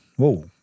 Whoa